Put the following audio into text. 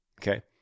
Okay